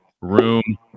room